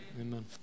amen